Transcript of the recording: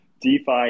DeFi